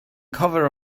cover